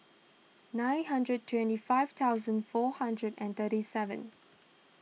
nine hundred twenty five thousand four hundred and thirty seven